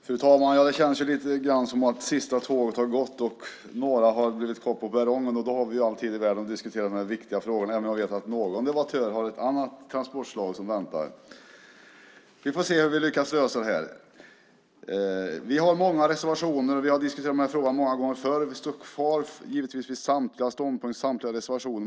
Fru talman! Det känns lite grann som om sista tåget har gått och några har blivit kvar på perrongen. Då har vi all tid i världen att diskutera dessa viktiga frågor, även om jag vet att någon debattör har ett annat transportslag som väntar. Vi får se hur vi lyckas lösa detta. Vi har många reservationer, och vi har diskuterat dessa frågor många gånger förr. Vi står givetvis kvar vid samtliga ståndpunkter och samtliga reservationer.